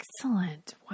Excellent